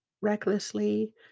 recklessly